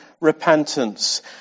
Repentance